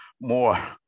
more